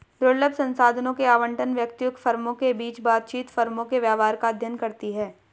दुर्लभ संसाधनों के आवंटन, व्यक्तियों, फर्मों के बीच बातचीत, फर्मों के व्यवहार का अध्ययन करती है